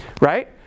right